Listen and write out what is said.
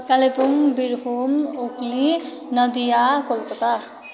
Kalimpong Birbhum Hooghly Nadia Kolkata